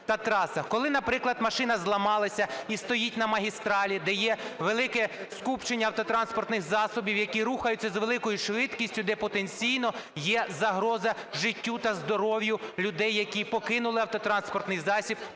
коли, наприклад, машина зламалася і стоїть на магістралі, де є велике скупчення автотранспортних засобів, які рухаються з великою швидкістю, де потенційно є загроза життю та здоров'ю людей, які покинули автотранспортний засіб